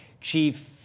Chief